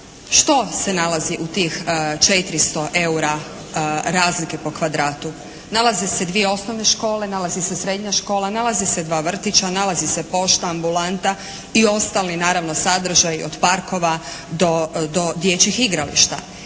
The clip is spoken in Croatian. što se nalazi u tih 400 eura razlike po kvadratu. Nalaze se dvije osnovne škole, nalazi se srednja škola, nalaze se dva vrtića, nalazi se pošta, ambulanta i ostali naravno sadržaji od parkova do dječjih igrališta